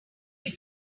were